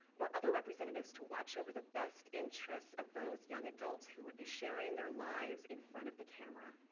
or other representatives to watch over the best interests of those young adults who would be sharing their lives in front of the camera.